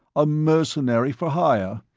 a mercenary for hire.